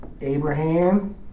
Abraham